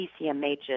PCMHs